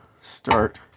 start